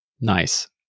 Nice